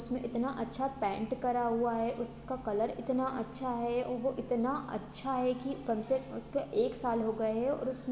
उस में इतना अच्छा पैंट करा हुआ है उसका कलर इतना अच्छा है और वो इतना अच्छा है कि कम से कम उस पर एक साल हो गए हो और उस में